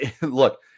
Look